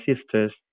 sisters